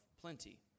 plenty